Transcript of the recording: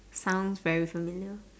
sounds very familiar